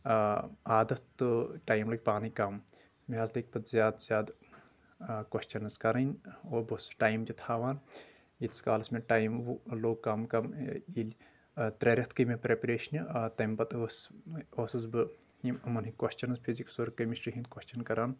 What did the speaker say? آ عادت تہٕ ٹایم لگہِ پانے کم مےٚ حظ لٲگۍ پتہٕ زیاد سے زیادٕ کۄسچنز کرٕنۍ بہٕ اوسُس ٹایِم تہِ تھاوان ییٖتِس کالس مےٚ ٹایم لوٚگ کم کم ییٚلہِ ترٛےٚ رٮ۪تھ گٔے مےٚ پریپریشنہِ تمہِ پتہٕ اوس اوسُس بہٕ یِم امن ہنٛدۍ کۄسچنز فِزیکٕس اور کیمِسٹری ہنٛد کۄسچن کران